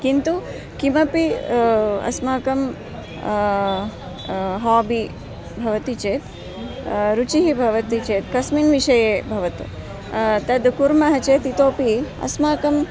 किन्तु किमपि अस्माकं हाबि भवति चेत् रुचिः भवति चेत् कस्मिन् विषये भवतु तत् कुर्मः चेत् इतोपि अस्माकम्